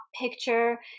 picture